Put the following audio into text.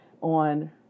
on